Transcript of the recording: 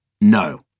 no